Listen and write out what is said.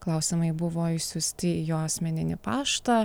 klausimai buvo išsiųsti į jo asmeninį paštą